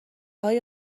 های